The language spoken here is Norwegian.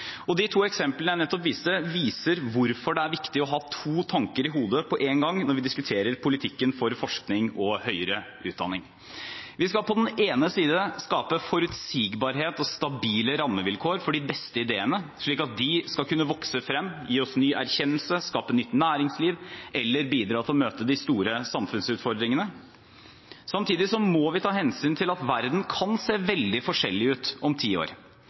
og de to eksemplene jeg nettopp nevnte, viser hvorfor det er viktig å ha to tanker i hodet på én gang når vi diskuterer politikken for forskning og høyere utdanning. Vi skal på den ene side skaffe forutsigbarhet og stabile rammevilkår for de beste ideene, slik at de skal kunne vokse frem, gi oss ny erkjennelse, skape nytt næringsliv eller bidra til å møte de store samfunnsutfordringene. Samtidig må vi ta hensyn til at verden kan se veldig forskjellig ut om ti år,